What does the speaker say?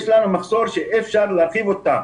יש לנו מחסור ואי אפשר להרחיב אותם.